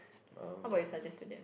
um but